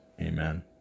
Amen